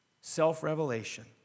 self-revelation